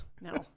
No